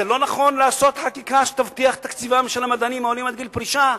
זה לא נכון לעשות חקיקה שתבטיח את שכרם של המדענים העולים עד גיל פרישה?